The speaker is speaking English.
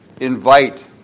Invite